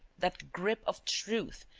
that grip of truth,